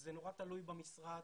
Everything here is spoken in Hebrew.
זה נורא תלוי במשרד,